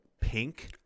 pink